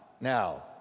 now